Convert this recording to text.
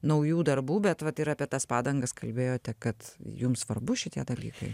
naujų darbų bet vat ir apie tas padangas kalbėjote kad jums svarbu šitie dalykai